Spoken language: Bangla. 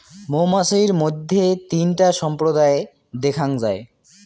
মৌমাছির মইধ্যে তিনটা সম্প্রদায় দ্যাখাঙ যাই